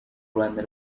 rwanda